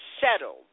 settled